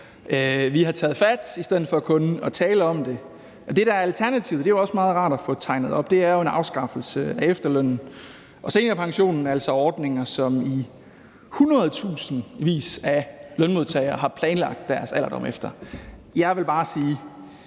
Vi har taget fat i stedet for kun at tale om det, og det, der er alternativet – det er også meget rart at få tegnet op – er jo en afskaffelse af efterlønnen og seniorpensionen, altså ordninger, som i hundredtusindvis af lønmodtagere har planlagt deres alderdom efter. Jeg vil bare sige